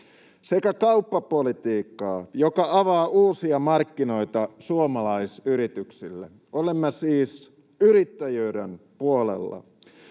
sekä kauppapolitiikkaa, joka avaa uusia markkinoita suomalaisyrityksille. Olemme siis yrittäjyyden puolella.